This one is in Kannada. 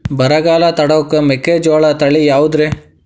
ಬರಗಾಲ ತಡಕೋ ಮೆಕ್ಕಿಜೋಳ ತಳಿಯಾವುದ್ರೇ?